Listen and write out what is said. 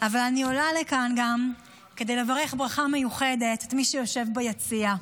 אבל אני עולה לכאן גם כדי לברך בברכה מיוחדת את מי שיושב ביציע,